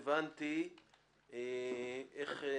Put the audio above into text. הכנה